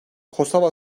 kosova